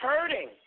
hurting